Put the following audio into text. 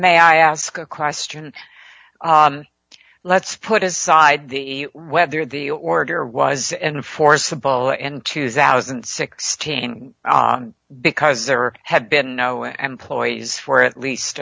may i ask a question let's put aside the whether the order was enforceable in two thousand and six king because there have been no employees for at least